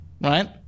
right